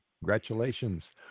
Congratulations